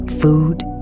food